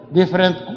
different